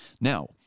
Now